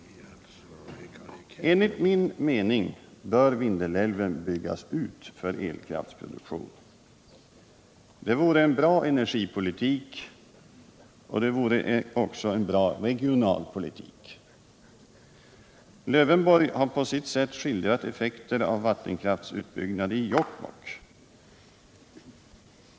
Enligt min mening bör Vindelälven byggas ut för elkraftsproduktion. Det vore en bra energipolitik. Det vore också en bra regionalpolitik.